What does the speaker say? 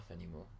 anymore